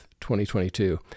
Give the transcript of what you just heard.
2022